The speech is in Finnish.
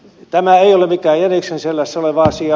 tämä ei ole mikään jäniksen selässä oleva asia